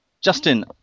Justin